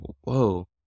whoa